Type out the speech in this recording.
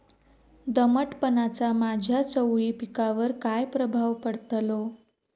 दमटपणाचा माझ्या चवळी पिकावर काय प्रभाव पडतलो?